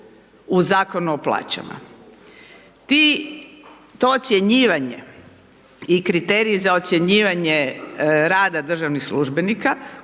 u Zakonu o plaćama. To ocjenjivanje i kriteriji za ocjenjivanje rada državnih službenika,